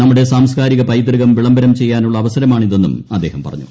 നമ്മുടെ സാംസ്കാരിക പൈതൃകം വിളംബരം ചെയ്യാനുള്ള അവസരമാണിതെന്നും അദ്ദേഹം പറഞ്ഞു